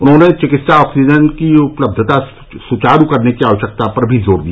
उन्होंने चिकित्सा ऑक्सीजन की उपलब्धता सुचारू करने की आवश्यकता पर भी जोर दिया